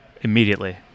immediately